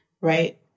right